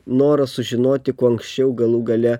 noras sužinoti kuo anksčiau galų gale